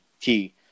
key